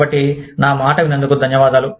కాబట్టి నా మాట విన్నందుకు ధన్యవాదాలు